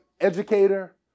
educator